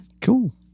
cool